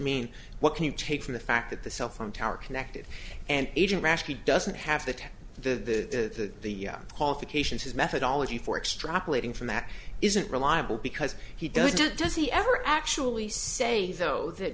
mean what can you take from the fact that the cell phone tower connected and even rashly doesn't have the time the the qualifications his methodology for extrapolating from that isn't reliable because he does do does he ever actually say though that